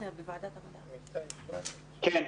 כן.